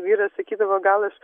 vyras sakydavo gal aš